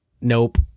Nope